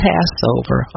Passover